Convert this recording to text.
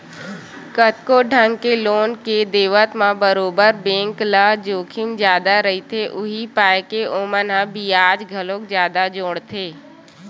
कतको ढंग के लोन के देवत म बरोबर बेंक ल जोखिम जादा रहिथे, उहीं पाय के ओमन ह बियाज घलोक जादा जोड़थे